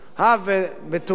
הא, ותו לא.